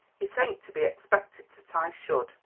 it ain't to be expected that i should.